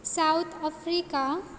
South Africa